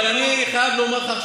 אבל אני חייב לומר לך,